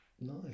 Nice